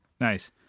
Nice